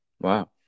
Wow